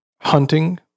hunting